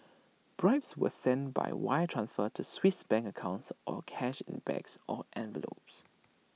bribes were sent by wire transfer to Swiss bank accounts or cash in bags or envelopes